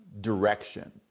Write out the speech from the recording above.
direction